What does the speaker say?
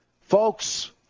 Folks